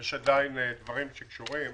יש עדיין דברים שקשורים